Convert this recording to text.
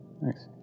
Thanks